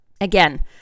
again